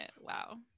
wow